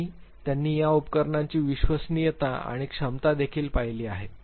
आणि त्यांनी या उपकरणांची विश्वसनीयता आणि क्षमता देखील पाहिली आहेत